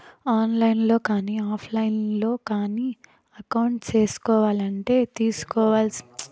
On line లో కానీ offline లో కానీ అకౌంట్ సేసుకోవాలంటే తీసుకోవాల్సిన ముఖ్యమైన జాగ్రత్తలు ఏమేమి?